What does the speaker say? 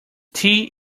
tea